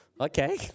okay